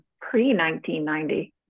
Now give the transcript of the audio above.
Pre-1990